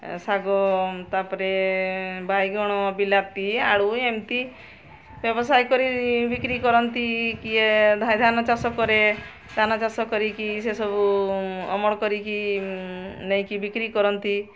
ଶାଗ ତା'ପରେ ବାଇଗଣ ବିଲାତି ଆଳୁ ଏମିତି ବ୍ୟବସାୟ କରି ବିକ୍ରି କରନ୍ତି କିଏ ଧାନ ଚାଷ କରେ ଧାନ ଚାଷ କରିକି ସେସବୁ ଅମଳ କରିକି ନେଇକି ବିକ୍ରି କରନ୍ତି